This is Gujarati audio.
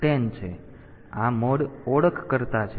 તેથી આ મોડ ઓળખકર્તા છે